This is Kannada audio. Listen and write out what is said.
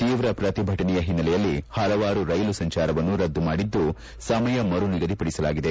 ಶೀವ್ರ ಪತಿಭಟನೆ ಓನ್ನೆಲೆಯಲ್ಲಿ ಪಲವಾರು ರೈಲು ಸಂಚಾರವನ್ನು ರದ್ದು ಮಾಡಿ ಸಮಯ ಮರು ನಿಗದಿಪಡಿಸಲಾಗಿದೆ